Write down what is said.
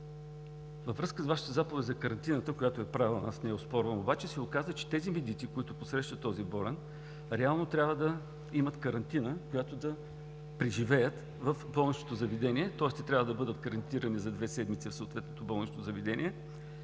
Във връзка с Вашата заповед за карантината, която е правилна, аз не я оспорвам, обаче се оказа, че тези медици, които посрещат този болен, реално трябва да имат карантина, която да преживеят в болничното заведение, тоест те трябва да бъдат карантинирани за две седмици в съответното болнично заведение,